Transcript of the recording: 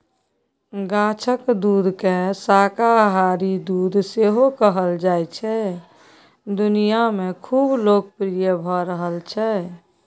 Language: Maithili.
गाछक दुधकेँ शाकाहारी दुध सेहो कहल जाइ छै दुनियाँ मे खुब लोकप्रिय भ रहल छै